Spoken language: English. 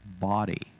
body